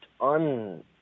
un